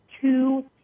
two